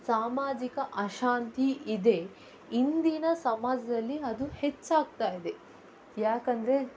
ಸಾಮಾಜಿಕ ಅಶಾಂತಿ ಇದೆ ಇಂದಿನ ಸಮಾಜದಲ್ಲಿ ಅದು ಹೆಚ್ಚಾಗ್ತಾ ಇದೆ ಯಾಕೆಂದ್ರೆ